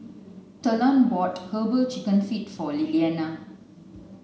talon bought herbal chicken feet for Liliana